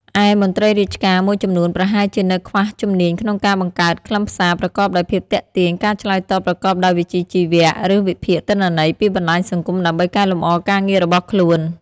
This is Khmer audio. ឯមន្ត្រីរាជការមួយចំនួនប្រហែលជានៅខ្វះជំនាញក្នុងការបង្កើតខ្លឹមសារប្រកបដោយភាពទាក់ទាញ ការឆ្លើយតបប្រកបដោយវិជ្ជាជីវៈ ឬវិភាគទិន្នន័យពីបណ្ដាញសង្គមដើម្បីកែលម្អការងាររបស់ខ្លួន។